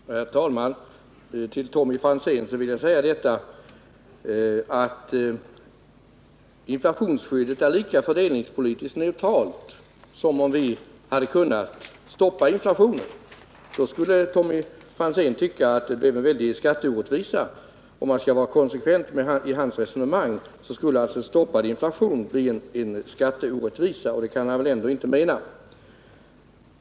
Herr talman! Till Tommy Franzén vill jag säga att inflationsskyddet är lika fördelningspolitiskt neutralt som om vi hade kunnat stoppa inflationen. Men skulle Tommy Franzén då tycka att det blev en väldig skatteorättvisa? Om han hade varit konsekvent i sitt resonemang skulle han alltså ha hävdat att stoppad inflation skulle innebära en skatteorättvisa, men det kan han väl ändå inte mena?